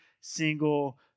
single